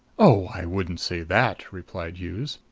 oh i wouldn't say that, replied hughes.